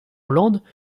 holland